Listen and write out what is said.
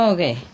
Okay